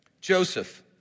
Joseph